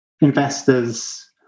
investors